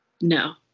No